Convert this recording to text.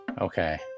Okay